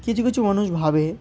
কিছু কিছু মানুষ ভাবে